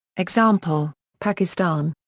example pakistan.